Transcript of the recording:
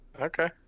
Okay